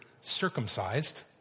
circumcised